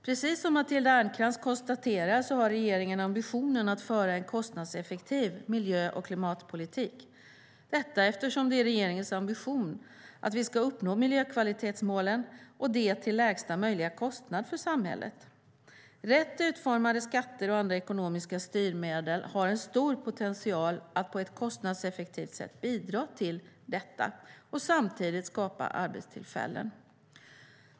Precis som Matilda Ernkrans konstaterar har regeringen ambitionen att föra en kostnadseffektiv miljö och klimatpolitik - detta eftersom det är regeringens ambition att vi ska uppnå miljökvalitetsmålen, och det till lägsta möjliga kostnad för samhället. Rätt utformade skatter och andra ekonomiska styrmedel har en stor potential att på ett kostnadseffektivt sätt bidra till detta och samtidigt skapa arbetstillfällen.